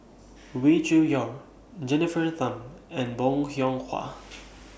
Wee Cho Yaw Jennifer Tham and Bong Hiong Hwa